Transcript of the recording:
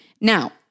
now